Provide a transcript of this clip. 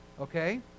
Okay